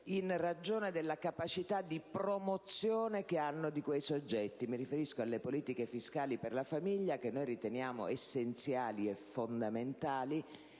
in ragione della capacità di promozione che hanno di quei soggetti. Mi riferisco alle politiche fiscali per la famiglia, che noi riteniamo essenziali e fondamentali,